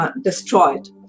destroyed